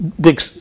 big